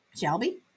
Shelby